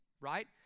right